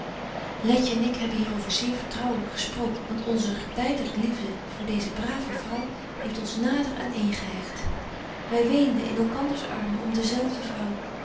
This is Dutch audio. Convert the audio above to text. letje en ik hebben hier over zeer vertrouwelyk gesproken want onzer beider liefde voor deeze brave vrouw heeft ons nader aan een gehecht wy weenden in elkanders armen om dezelfde vrouw